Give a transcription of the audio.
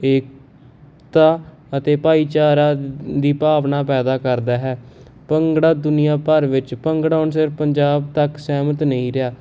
ਏਕਤਾ ਅਤੇ ਭਾਈਚਾਰੇ ਦੀ ਭਾਵਨਾ ਪੈਦਾ ਕਰਦਾ ਹੈ ਭੰਗੜਾ ਦੁਨੀਆਂ ਭਰ ਵਿੱਚ ਭੰਗੜਾ ਹੁਣ ਸਿਰਫ ਪੰਜਾਬ ਤੱਕ ਸੀਮਿਤ ਨਹੀਂ ਰਿਹਾ